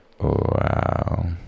wow